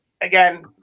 again